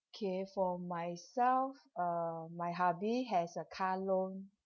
okay for myself uh my hubby has a car loan